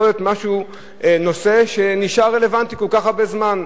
יכול להיות נושא שנשאר רלוונטי כל כך הרבה זמן.